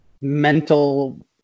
mental